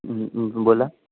बोला